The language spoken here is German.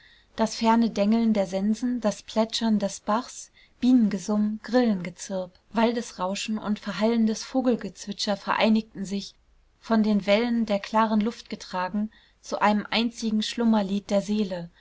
das ferne dengeln der sensen das plätschern des bachs bienengesumm grillengezirp waldesrauschen und verhallendes vogelgezwitscher vereinigten sich von den wellen der klaren luft getragen zu einem einzigen schlummerlied der seele